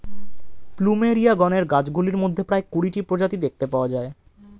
plumeria গণের গাছগুলির মধ্যে প্রায় কুড়িটি প্রজাতি দেখতে পাওয়া যায়